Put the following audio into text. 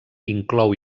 inclou